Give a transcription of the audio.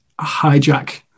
hijack